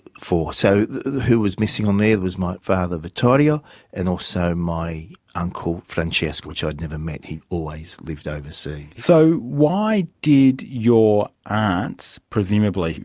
so who was missing on there was my father vittorio and also my uncle francesco, which i'd never met, he always lived overseas. so why did your aunt presumably,